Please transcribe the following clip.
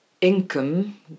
income